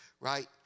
right